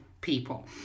people